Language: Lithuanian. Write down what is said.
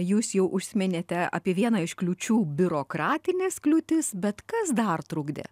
jūs jau užsiminėte apie vieną iš kliūčių biurokratines kliūtis bet kas dar trukdė